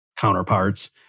counterparts